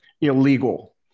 illegal